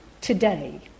today